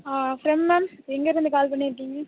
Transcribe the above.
from ma'am எங்கருந்து call பண்ணி இருக்கீங்க